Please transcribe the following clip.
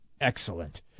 excellent